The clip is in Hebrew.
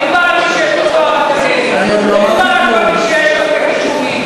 מדובר על כל מי שאין לו הכישורים,